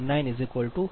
99 0